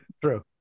True